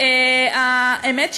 האמת,